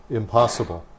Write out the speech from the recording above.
impossible